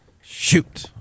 Shoot